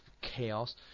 chaos